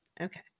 Okay